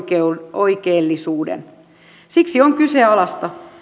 oikeellisuuden siksi on kyseenalaista